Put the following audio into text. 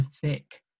thick